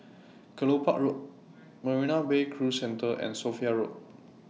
Kelopak Road Marina Bay Cruise Centre and Sophia Road